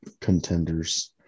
contenders